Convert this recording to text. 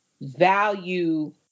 value